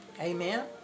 Amen